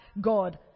God